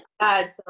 God